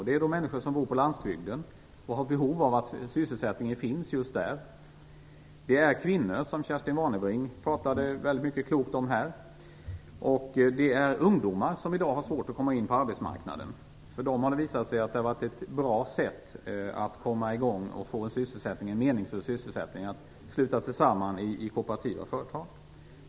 Det är de människor som bor på landsbygden och har behov av att sysselsättningen finns just där, det är kvinnor, som Kerstin Warnerbring sade väldigt mycket klokt om här tidigare, och det är ungdomar, som i dag har svårt att komma in på arbetsmarknaden. För dem har det visat sig vara ett bra sätt att komma igång och få en meningsfull sysselsättning att sluta sig samman i kooperativa företag.